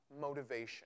Motivation